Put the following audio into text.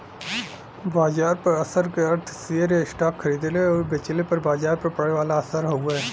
बाजार पर असर क अर्थ शेयर या स्टॉक खरीदले आउर बेचले पर बाजार पर पड़े वाला असर हउवे